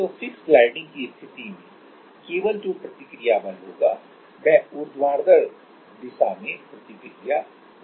तो fixed sliding की स्थिति में केवल जो प्रतिक्रिया बल होगा वह ऊर्ध्वाधर दिशा में प्रतिक्रिया घूर्णन है